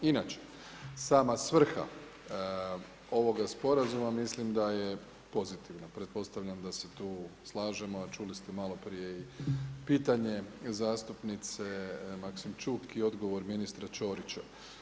Inače sama svrha ovoga sporazuma mislim da je pozitivna, pretpostavljam da se tu slažemo a čuli ste maloprije i pitanje zastupnice Maksimčuk i odgovor ministra Čorića.